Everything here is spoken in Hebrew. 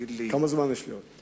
תגיד לי, כמה זמן יש לי עוד?